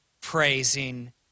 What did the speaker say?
praising